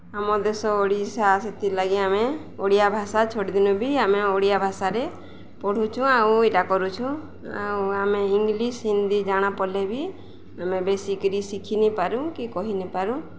ଆମ ଦେଶ ଓଡ଼ିଶା ସେଥିର୍ଲାଗି ଆମେ ଓଡ଼ିଆ ଭାଷା ଛୋଟ୍ ଦିନୁ ବି ଆମେ ଓଡ଼ିଆ ଭାଷାରେ ପଢ଼ୁଛୁ ଆଉ ଇଟା କରୁଛୁ ଆଉ ଆମେ ଇଂଲିଶ୍ ହିନ୍ଦୀ ଜାଣା ପଢ଼୍ଲେ ବି ଆମେ ବେଶିକିରି ଶିଖିନିପାରୁ କି କହିନିପାରୁ